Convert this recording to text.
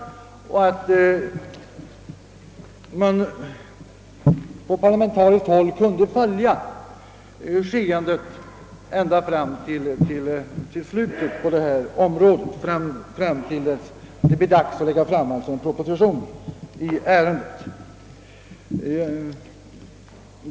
Det är angeläget att parlamentariker får följa skeendet på området fram till dess att det blir dags att presentera en proposition i ärendet.